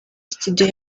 studio